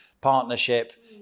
partnership